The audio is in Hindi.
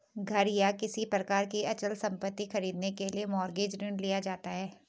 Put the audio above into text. घर या किसी प्रकार की अचल संपत्ति खरीदने के लिए मॉरगेज ऋण लिया जाता है